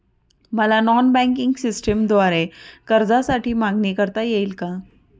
मला non banking सिस्टमद्वारे कर्जासाठी मागणी करता येईल का?